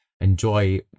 Enjoy